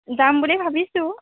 যাম বুলি ভাবিছোঁ